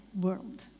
world